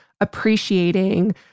appreciating